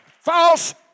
false